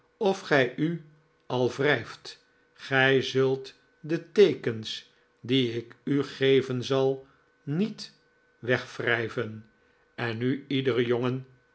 of gij u a wrijft gij zult de teekens die ik u geven zal niet wegwrijven en nu iedere jongen